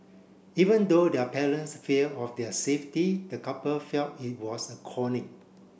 even though their parents fear of their safety the couple felt it was a calling